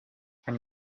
can